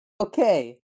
Okay